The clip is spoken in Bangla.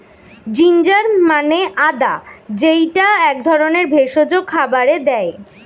জিঞ্জার মানে আদা যেইটা এক ধরনের ভেষজ খাবারে দেয়